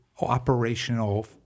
operational